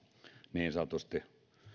niin sanotusti